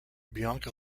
bianca